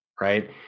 right